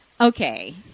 Okay